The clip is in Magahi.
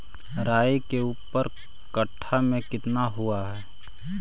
राई के ऊपर कट्ठा में कितना हुआ है?